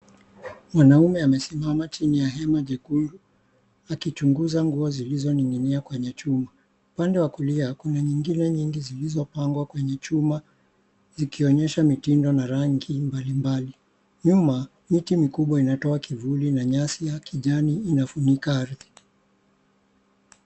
Mwanaume amesimama chini ya hema jekundu akichunguza nguo zilizoning'inia kwenye chuma, upande wa kulia kuna nyingine nyingi zilizopangwa kwenye chuma zikionyesha mitindo na rangi mbalimbali, nyuma miti mikubwa inatoa kivuli na nyasi ya kijani inafunika ardhi.